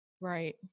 Right